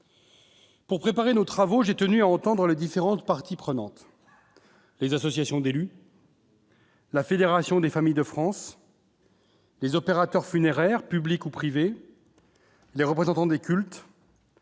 pour préparer nos travaux, j'ai tenu en autant dans les différentes parties prenantes, les associations d'élus. La fédération des Familles de France. Les opérateurs funéraires publics ou privés, les représentants des cultes.